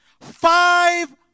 Five